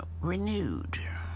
renewed